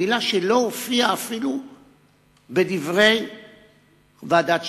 מלה שלא הופיעה אפילו בדברי ועדת-שמגר.